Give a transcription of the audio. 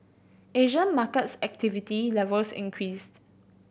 Asian markets activity levels increased